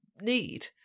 need